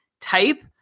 type